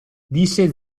disse